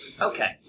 Okay